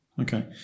Okay